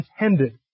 intended